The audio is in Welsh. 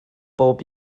bob